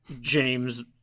James